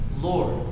Lord